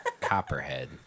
copperhead